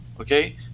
Okay